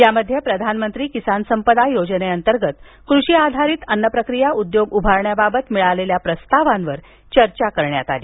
यामध्ये प्रधानमंत्री किसान संपदा योजनेअंतर्गत कृषीआधारित अन्नप्रक्रिया उद्योग उभारण्याबाबत मिळालेल्या प्रस्तावांवर चर्चा करण्यात आली